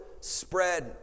spread